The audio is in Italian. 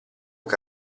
che